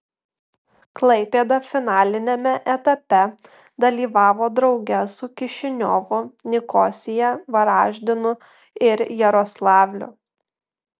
klaipėda finaliniame etape dalyvavo drauge su kišiniovu nikosija varaždinu ir jaroslavliu